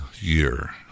year